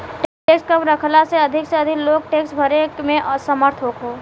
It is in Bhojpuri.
टैक्स कम रखला से अधिक से अधिक लोग टैक्स भरे में समर्थ होखो